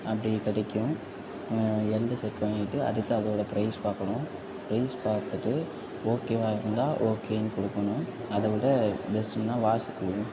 அப்படி கிடைக்கும் நான் எல்லு செலக்ட் பண்ணிவிட்டு அடுத்து அதோட ப்ரைஸ் பார்க்கணும் ப்ரைஸ் பார்த்துட்டு ஓகேவா இருந்தால் ஓகேன்னு கொடுக்கணும் அதை விட பெஸ்டுன்னா வாட்ச் கொடுங்க